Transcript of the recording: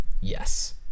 yes